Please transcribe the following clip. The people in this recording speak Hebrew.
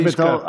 אני אשכח.